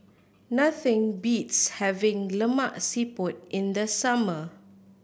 nothing beats having Lemak Siput in the summer